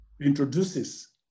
introduces